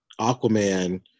aquaman